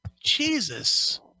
Jesus